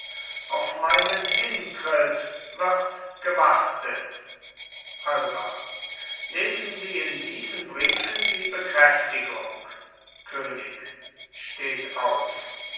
auf meinen hintritt wird gewartet alba lesen sie in diesen briefen die bekräftigung könig steht auf